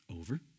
over